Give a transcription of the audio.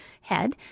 head